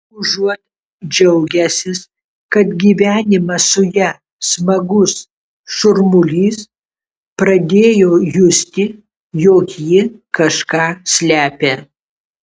užuot džiaugęsis kad gyvenimas su ja smagus šurmulys pradėjo justi jog ji kažką slepia